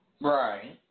Right